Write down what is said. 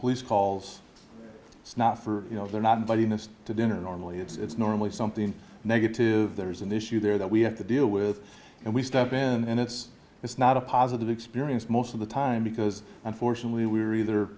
police calls it's not for you know they're not inviting us to dinner normally it's normally something negative there's an issue there that we have to deal with and we step in and it's it's not a positive experience most of the time because unfortunately we're either